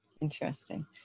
Interesting